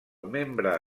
membre